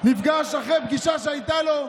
נפגש אחרי פגישה שהייתה לו,